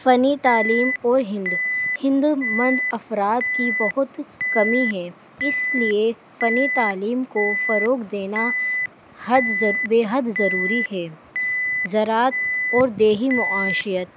فنّی تعلیم اور ہند ہند مند افراد کی بہت کمی ہے اس لیے فنّی تعلیم کو فروغ دینا حد بے حد ضروری ہے زراعت اور دیہی معاشیت